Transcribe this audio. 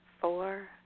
four